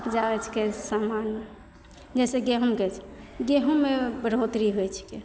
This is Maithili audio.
उपजाउ होइत छिकै समान जैसे गेहुँमके छिकै गेहुँममे बढ़ोतरी होइत छिकै